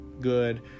good